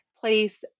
place